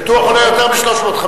פיתוח עולה יותר מ-350,000.